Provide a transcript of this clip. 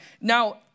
Now